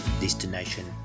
destination